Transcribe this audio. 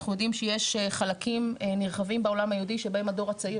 אנחנו יודעים שיש חלקים נרחבים בעולם היהודי שבהם הדור הצעיר